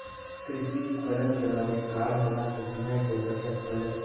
कृषि उपकरण केरो आविष्कार होला सें समय के बचत होलै